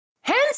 Hands